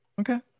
Okay